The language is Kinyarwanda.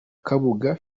kabuga